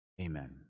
Amen